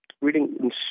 reading